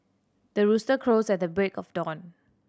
the rooster crows at the break of dawn